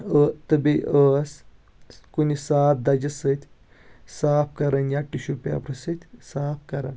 تہٕ بیٚیہِ ٲس کُنہِ صاف دَجہِ سۭتۍ صاف کرٕنۍ یا ٹِشوٗ پیپرٕ سۭتۍ صاف کران